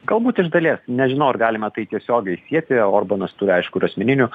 galbūt iš dalies nežinau ar galima tai tiesiogiai sieti orbanas turi aišku ir asmeninių